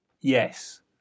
Yes